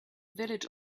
village